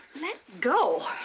let go!